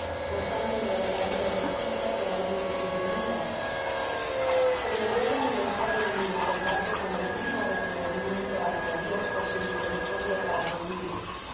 gozando de otra vida distinta que antes de su venida ce estay cabo grueso destinado á sostener el mástil content from google book search generated at lebré el aniversario de mi desembarco con el mismo reconocimiento hácia dios por su misericordia para conmigo